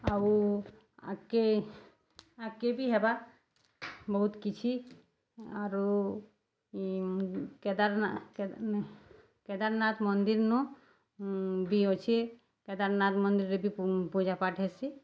ଆଉ ଆଗ୍କେ ଆଗ୍କେ ବି ହେବା ବହୁତ୍ କିଛି ଆରୁ ଇ କେଦାର୍ନାଥ୍ କେଦାର୍ନାଥ୍ ନାଇଁ କେଦାର୍ନାଥ୍ ମନ୍ଦିର୍ନୁ ବି ଅଛେ କେଦାର୍ନାଥ୍ ମନ୍ଦିର୍ରେ ବି ପୂଜାପାଠ୍ ହେସି